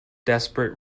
desperate